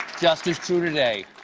just as true today.